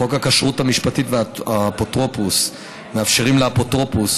חוק הכשרות המשפטית והאפוטרופסות מאפשרים לאפוטרופוס